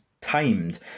timed